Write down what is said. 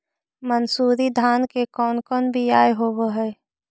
मनसूरी धान के कौन कौन बियाह होव हैं?